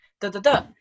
da-da-da